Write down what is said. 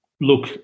look